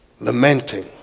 Lamenting